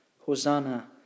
Hosanna